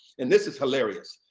and this is hilarious.